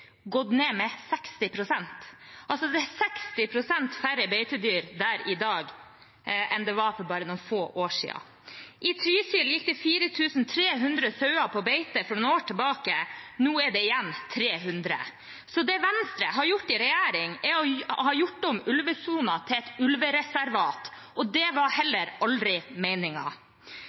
gått ned – det er 60 pst. færre beitedyr der i dag enn det var for bare noen få år siden. I Trysil gikk det 4 300 sauer på beite for noen år tilbake, nå er det igjen 300. Så det Venstre har gjort i regjering, er å ha gjort om ulvesonen til et ulvereservat, og det var heller aldri